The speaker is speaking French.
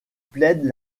plaide